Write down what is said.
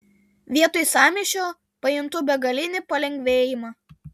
vietoj sąmyšio pajuntu begalinį palengvėjimą